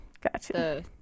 Gotcha